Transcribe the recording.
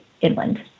inland